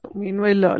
meanwhile